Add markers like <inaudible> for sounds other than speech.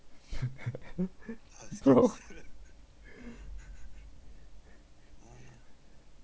<laughs> oh